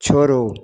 छोड़ू